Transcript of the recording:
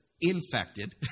infected